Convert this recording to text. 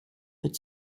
but